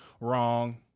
Wrong